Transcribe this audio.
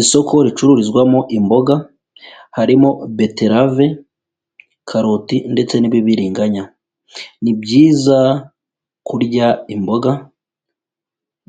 Isoko ricururizwamo imboga harimo beterave, karoti ndetse n'ibibiriganya, ni byiza kurya imboga